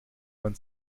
man